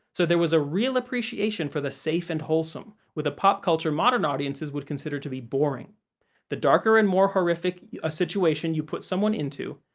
so there was a real appreciation for the safe and wholesome, with a pop culture modern audiences would consider to be boring the darker and more horrific a situation you put someone into,